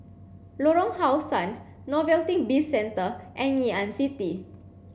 Lorong How Sun Novelty Bizcentre and Ngee Ann City